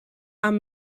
amb